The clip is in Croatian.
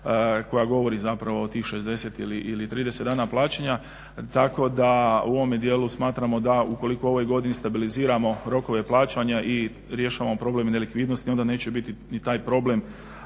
koja govori zapravo o tih 60 ili 30 dana plaćanja. Tako da u ovome dijelu smatramo da ukoliko u ovoj godini stabiliziramo rokove plaćanja i rješavamo problem nelikvidnosti onda neće biti ni taj problem